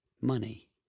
money